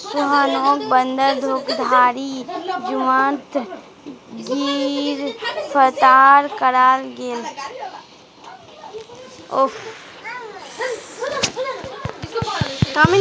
सोहानोक बंधक धोकधारी जुर्मोत गिरफ्तार कराल गेल